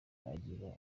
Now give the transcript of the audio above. agira